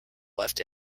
left